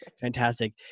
fantastic